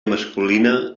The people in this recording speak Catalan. masculina